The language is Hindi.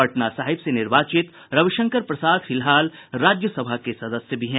पटना साहिब से निर्वाचित रविशंकर प्रसाद फिलहाल राज्यसभा के सदस्य भी हैं